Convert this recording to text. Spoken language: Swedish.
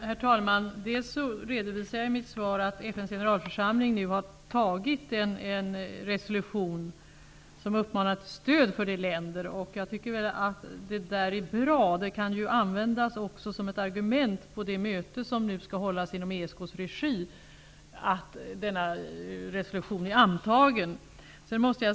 Herr talman! Jag redovisade i mitt svar att FN:s generalförsamling nu har antagit en resolution som uppmanar till stöd för de länder som drabbas. Jag tycker att det är bra. Det kan också användas som ett argument på det möte som nu skall hållas i ESK:s regi, att denna resolution är antagen.